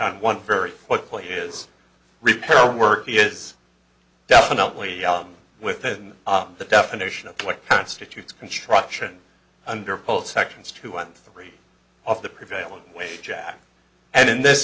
on one very quickly is repair work is definitely within the definition of what constitutes construction under both sections two and three of the prevailing wage jack and in this